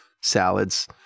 salads